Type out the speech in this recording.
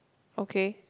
okay